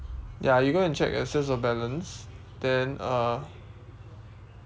ya you go and check the sales of balance then uh